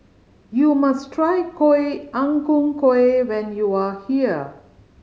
you must try Ang Ku Kueh when you are here